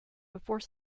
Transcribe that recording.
before